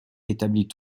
établit